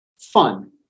fun